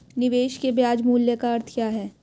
निवेश के ब्याज मूल्य का अर्थ क्या है?